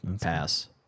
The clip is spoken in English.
Pass